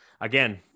again